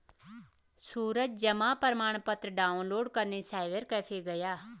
सूरज जमा प्रमाण पत्र डाउनलोड करने साइबर कैफे गया